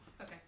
Okay